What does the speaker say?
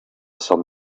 some